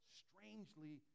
strangely